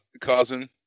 cousin